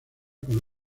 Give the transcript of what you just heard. con